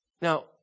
Now